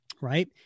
right